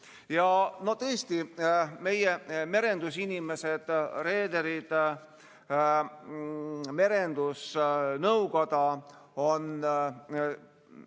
Ja tõesti, meie merendusinimesed, reederid, merendusnõukoda on